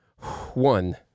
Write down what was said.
one